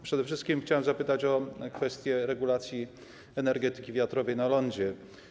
Przede wszystkim chciałem zapytać o kwestie regulacji energetyki wiatrowej na lądzie.